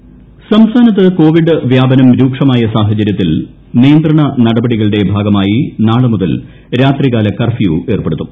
Keralam curfew സംസ്ഥാനത്ത് covid വ്യാപനം രൂക്ഷമായ സാഹചര്യത്തിൽ നിയന്ത്രണ നടപടികളുടെ ഭാഗമായി നാളെ മുതൽ രാത്രികാല കർഫ്യൂ ഏർപ്പെടുത്തും